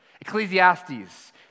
Ecclesiastes